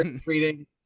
treating